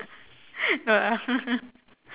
no lah